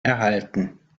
erhalten